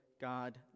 God